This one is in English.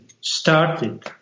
started